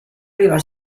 prima